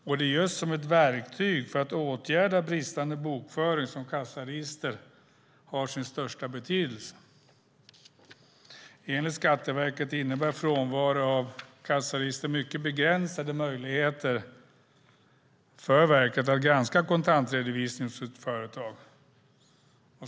Det är också just som ett verktyg för att åtgärda bristande bokföring som kassaregister har sin största betydelse - enligt Skatteverket innebär frånvaro av kassaregister mycket begränsade möjligheter för verket att granska kontantredovisningen hos ett företag.